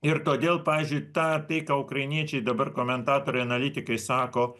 ir todėl pavyzdžiui ta tai ką ukrainiečiai dabar komentatoriai analitikai sako